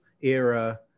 era